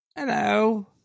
Hello